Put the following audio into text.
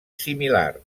similar